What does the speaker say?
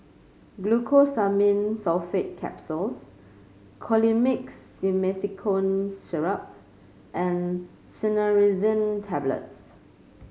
Glucosamine Sulfate Capsules Colimix Simethicone Syrup and Cinnarizine Tablets